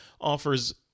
offers